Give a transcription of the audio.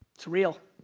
it's real.